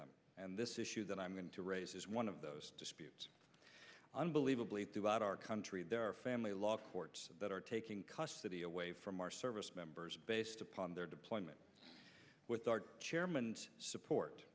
them and this issue that i'm going to raise is one of those unbelievably throughout our country there are family law court that are taking custody away from our service members based upon their deployment with our chairman support